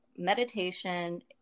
meditation